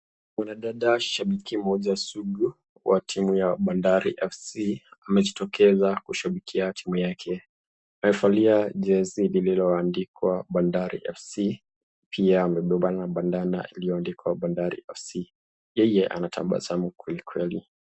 Kuna dada shabiki moja sugu wa timu ya Bandari FC amejitokeza kushabikia timu yake. Amevalia jezi lililoandikwa Bandari FC pia amebeba bandana iliyoandikwa Bandari FC. Yeye anatabasamu kwelikweli.